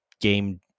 game